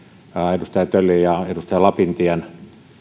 edustaja töllin ja edustaja lapintien